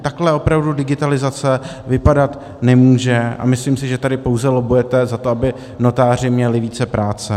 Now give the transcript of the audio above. Takhle opravdu digitalizace vypadat nemůže a myslím si, že tady pouze lobbujete za to, aby notáři měli více práce.